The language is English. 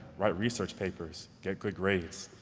write research papers, get good grades.